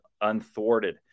unthwarted